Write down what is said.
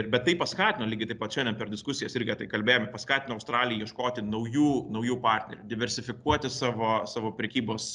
bet tai paskatino lygiai taip pat šiandien per diskusijas irgi apie tai kalbėjom paskatino australiją ieškoti naujų naujų partnerių diversifikuoti savo savo prekybos